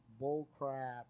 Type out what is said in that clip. bullcrap